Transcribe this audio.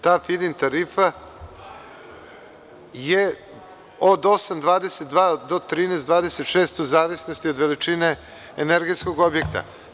Ta fiding tarifa je od 8,22 do 13,26, u zavisnosti od veličine energetskog objekta.